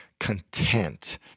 Content